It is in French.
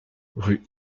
rue